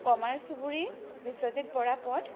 কমাৰ চুবুৰী বিশ্বজিত বৰা পথ